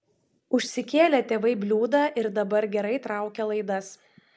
užsikėlė tėvai bliūdą ir dabar gerai traukia laidas